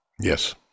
Yes